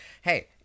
Hey